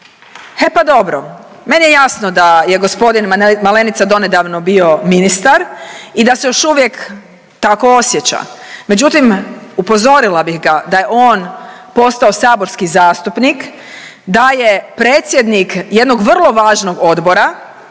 He pa dobro, meni je jasno da je g. Malenica donedavno bio ministar i da se još uvijek tako osjeća, međutim upozorila bih ga da je on postao saborski zastupnik, da je predsjednik jednog vrlo važnog odbora,